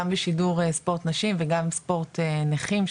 גם בשידור ספורט נשים וגם ספורט נכים?